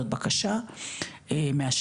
זאת בקשה מהשטח.